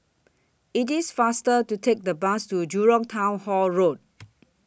IT IS faster to Take The Bus to Jurong Town Hall Road